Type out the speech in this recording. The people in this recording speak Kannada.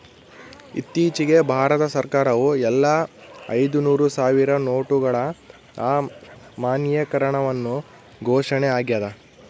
ಇತ್ತೀಚಿಗೆ ಭಾರತ ಸರ್ಕಾರವು ಎಲ್ಲಾ ಐದುನೂರು ಸಾವಿರ ನೋಟುಗಳ ಅಮಾನ್ಯೀಕರಣವನ್ನು ಘೋಷಣೆ ಆಗ್ಯಾದ